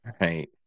right